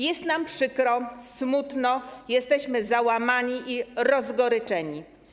Jest nam przykro, smutno, jesteśmy załamani i rozgoryczeni.